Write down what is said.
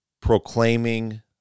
proclaiming